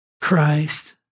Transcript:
Christ